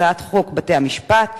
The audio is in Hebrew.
הצעת חוק בתי-המשפט (תיקון,